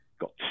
got